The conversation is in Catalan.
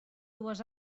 dues